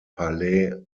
palais